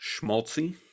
schmaltzy